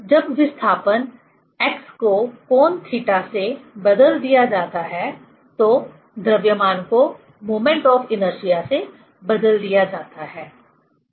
जब विस्थापन x को कोण थीटा से बदल दिया जाता है तो द्रव्यमान को मोमेंट ऑफ इनर्शिया से बदल दिया जाता है ठीक